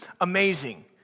amazing